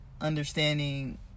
understanding